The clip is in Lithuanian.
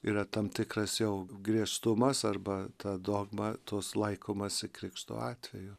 yra tam tikras jau griežtumas arba ta dogma tos laikomasi krikšto atveju